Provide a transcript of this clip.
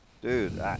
dude